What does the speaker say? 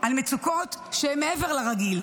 על מצוקות שהן מעבר לרגיל.